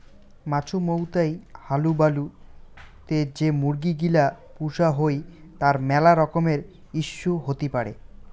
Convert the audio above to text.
মাছুমৌতাই হালুবালু তে যে মুরগি গিলা পুষা হই তার মেলা রকমের ইস্যু হতি পারে